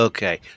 Okay